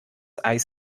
eis